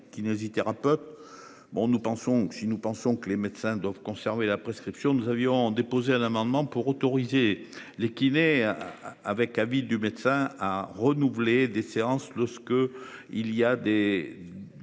si nous pensons que les médecins donc. Conserver la prescription, nous avions déposé un amendement pour autoriser les kinés avec avis du médecin à renouveler des séances lorsque il y a des.